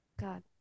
God